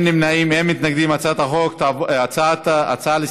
תודה רבה.